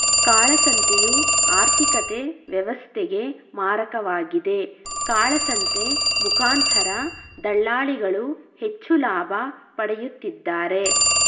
ಕಾಳಸಂತೆಯು ಆರ್ಥಿಕತೆ ವ್ಯವಸ್ಥೆಗೆ ಮಾರಕವಾಗಿದೆ, ಕಾಳಸಂತೆ ಮುಖಾಂತರ ದಳ್ಳಾಳಿಗಳು ಹೆಚ್ಚು ಲಾಭ ಪಡೆಯುತ್ತಿದ್ದಾರೆ